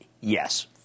Yes